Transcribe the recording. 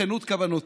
בכנות כוונותיה: